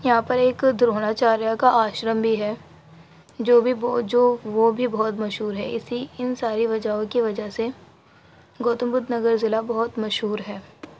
یہاں پر ایک درون آچاریہ کا آشرم بھی ہے جو بھی جو وہ بھی بہت مشہور ہے اسی ان ساری وجہوں کی وجہ سے گوتم بدھ نگر ضلع بہت مشہور ہے